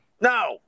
No